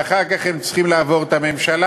ואחר כך הם צריכים לעבור את הממשלה,